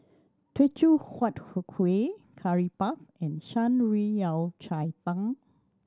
Teochew Huat Kuih Curry Puff and Shan Rui Yao Cai Tang